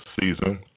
season